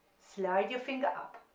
slide your finger up,